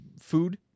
food